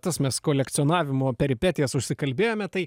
tas mes kolekcionavimo peripetijas užsikalbėjome tai